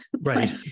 right